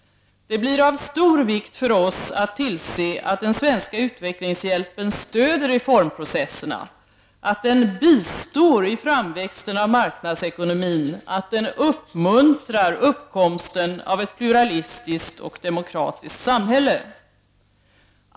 Det blir av stor vikt för oss att tillse att den svenska utvecklingshjälpen stöder reformprocesserna, att den bistår i framväxten av marknadsekonomin, att den uppmuntrar uppkomsten av ett pluralistiskt och demokratiskt samhälle.